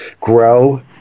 grow